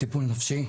לטיפול נפשי,